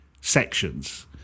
sections